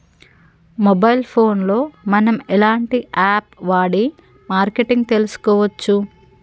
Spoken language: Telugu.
మొబైల్ ఫోన్ లో మనం ఎలాంటి యాప్ వాడి మార్కెటింగ్ తెలుసుకోవచ్చు?